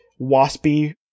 waspy